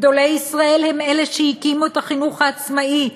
גדולי ישראל הם אלה שהקימו את החינוך העצמאי,